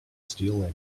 steal